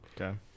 Okay